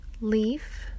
leaf